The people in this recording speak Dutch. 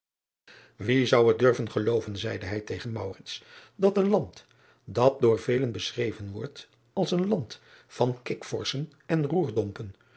ie zou het durven gelooven zeide hij tegen dat een land dat door velen beschreven wordt als een land van kikvorschen en